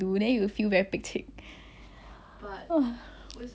isn't he I don't know